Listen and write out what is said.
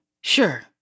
sure